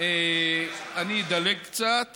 אני אדלג קצת